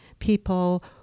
people